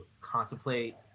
contemplate